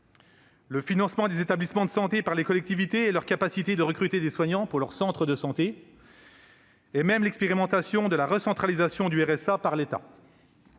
le financement des établissements de santé par les collectivités et leur capacité de recruter des soignants pour leurs centres de santé, et même l'expérimentation de la recentralisation du RSA par l'État.